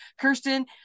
Kirsten